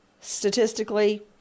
Statistically